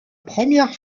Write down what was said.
première